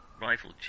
Rifle